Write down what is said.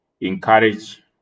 encourage